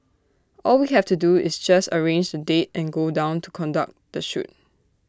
all we have to do is just arrange the date and go down to conduct the shoot